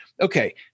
okay